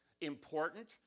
important